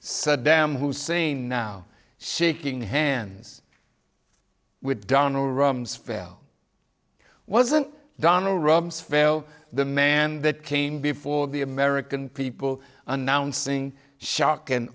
saddam hussein now shaking hands with donald rumsfeld wasn't donald rumsfeld the man that came before the american people announcing shock and